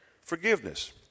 Forgiveness